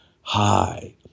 high